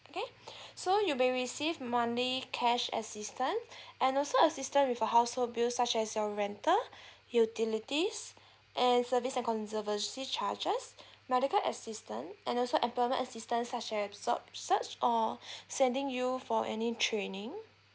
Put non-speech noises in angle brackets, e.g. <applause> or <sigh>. okay <breath> so you'll be received monthly cash assistance <breath> and also a system with a household bill such as your rental <breath> utilities and service and conservancy charges <breath> medical assistant and also employment assistance such as se~ search or <breath> sending you for any training